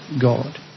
God